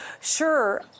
sure